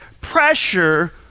Pressure